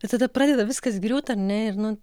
ir tada pradeda viskas griūt ar ne ir nu